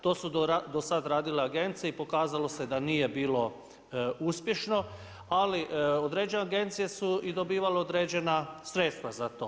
To su do sada radile agencije i pokazalo se da nije bilo uspješno, ali određene agencije su i dobivale određena sredstva za to.